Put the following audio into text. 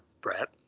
brett